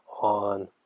on